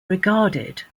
regarded